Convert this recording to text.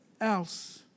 else